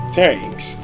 thanks